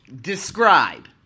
describe